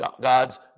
God's